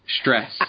stress